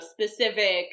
specific